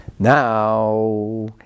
now